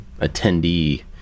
attendee